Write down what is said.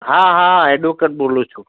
હા હા એડવોકેટ બોલું છું